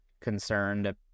concerned